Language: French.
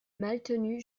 maltenu